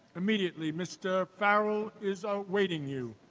immediately. mr. farrell is awaiting you.